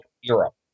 Europe